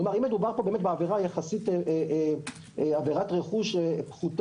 כלומר, אם מדובר פה באמת בעבירת רכוש פחותה,